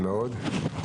נעים מאוד,